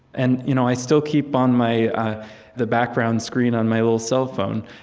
and you know i still keep on my the background screen on my little cell phone,